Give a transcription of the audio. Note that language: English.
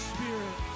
Spirit